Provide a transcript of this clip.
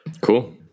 Cool